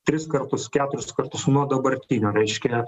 tris kartus keturis kartus nuo dabartinio reiškia